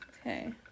Okay